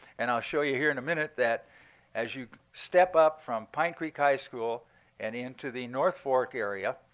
and i'll show you here in a minute that as you step up from pine creek high school and into the north fork area,